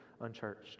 unchurched